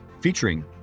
featuring